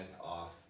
off